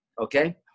okay